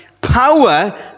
power